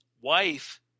wife